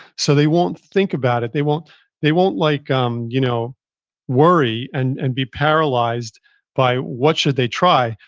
so they won't think about it. they won't they won't like um you know worry and and be paralyzed by what should they try.